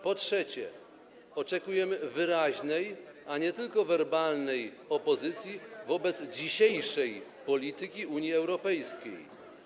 Po trzecie, oczekujemy wyraźnej, a nie tylko werbalnej opozycji wobec dzisiejszej polityki Unii Europejskiej.